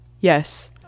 yes